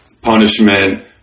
punishment